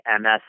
MS